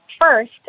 First